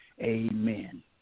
Amen